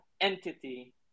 entity